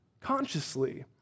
consciously